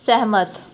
ਸਹਿਮਤ